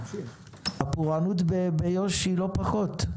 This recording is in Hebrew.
הפורענות באיו"ש היא לא פחות.